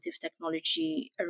Technology